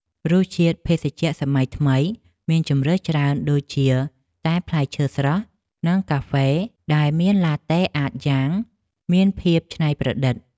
រសជាតិភេសជ្ជៈសម័យថ្មីមានជម្រើសច្រើនដូចជាតែផ្លែឈើស្រស់និងកាហ្វេដែលមានឡាតេអាតយ៉ាងមានភាពច្នៃប្រឌិត។